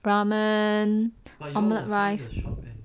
ramen omelette rice yes